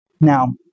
Now